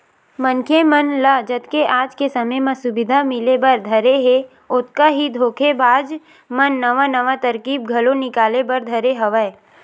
मनखे मन ल जतके आज के समे म सुबिधा मिले बर धरे हे ओतका ही धोखेबाज मन नवा नवा तरकीब घलो निकाले बर धरे हवय